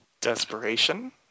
Desperation